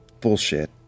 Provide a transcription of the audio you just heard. bullshit